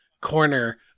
corner